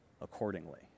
accordingly